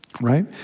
right